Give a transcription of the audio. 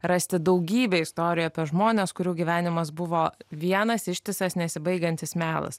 rasti daugybę istorijų apie žmones kurių gyvenimas buvo vienas ištisas nesibaigiantis melas